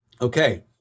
Okay